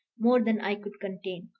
more than i could contain.